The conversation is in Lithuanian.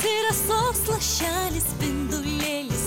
tai lašelis spindulėlis